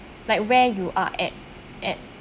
like where you are at at